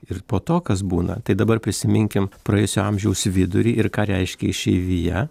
ir po to kas būna tai dabar prisiminkim praėjusio amžiaus vidurį ir ką reiškia išeivija